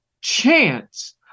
chance